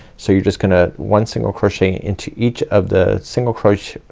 so you're just gonna one single crochet into each of the single crochet,